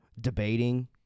debating